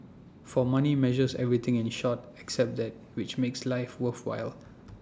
for money measures everything in short except that which makes life worthwhile